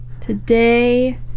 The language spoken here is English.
Today